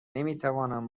نمیتوانم